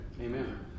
Amen